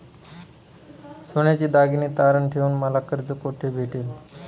सोन्याचे दागिने तारण ठेवून मला कर्ज कुठे भेटेल?